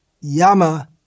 yama